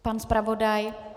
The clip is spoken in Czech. Pan zpravodaj...